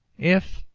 if,